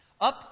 Up